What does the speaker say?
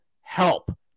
help